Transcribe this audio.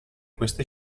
queste